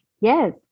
Yes